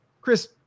Chris